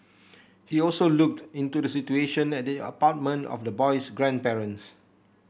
he also looked into the situation at the apartment of the boy's grandparents